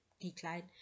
decline